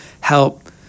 help